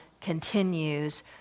continues